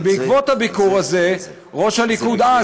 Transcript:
כשבעקבות הביקור הזה ראש הליכוד אז,